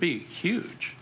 be huge